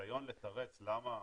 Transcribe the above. הניסיון לתרץ למה